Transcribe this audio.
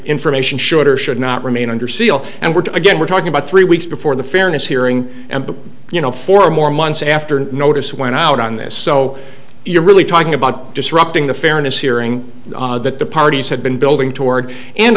information should or should not remain under seal and we're again we're talking about three weeks before the fairness hearing and you know four more months after the notice went out on this so you're really talking about disrupting the fairness hearing that the parties have been building toward and